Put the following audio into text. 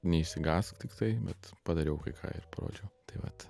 neišsigąsk tiktai bet padariau kai ką ir parodžiau tai vat